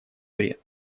вред